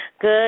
Good